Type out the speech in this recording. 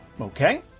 Okay